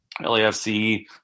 LAFC